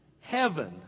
Heaven